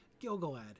Gilgalad